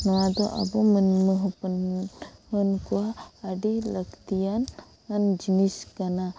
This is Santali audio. ᱱᱚᱣᱟ ᱫᱚ ᱟᱵᱚ ᱢᱟᱱᱣᱟ ᱦᱚᱯᱚᱱ ᱵᱚᱱ ᱠᱚᱣᱟ ᱟᱹᱰᱤ ᱞᱟᱹᱠᱛᱤᱭᱟᱱ ᱟᱱ ᱡᱤᱱᱤᱥ ᱠᱟᱱᱟ